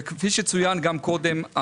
כפי שצוין גם קודם,